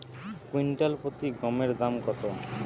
Quintal প্রতি গমের দাম কত?